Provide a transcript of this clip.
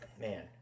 man